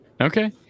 Okay